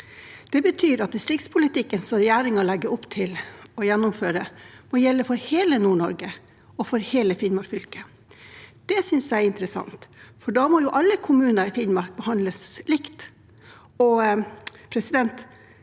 Det betyr at distriktspolitikken regjeringen legger opp til å gjennomføre, må gjelde for hele NordNorge og hele Finnmark fylke. Det synes jeg er interessant, for da må jo alle kommuner i Finnmark behandles likt. Siden